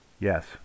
Yes